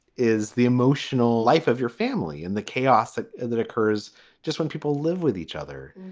is the emotional life of your family in the chaos that that occurs just when people live with each other?